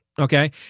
okay